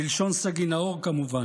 בלשון סגי נהור, כמובן,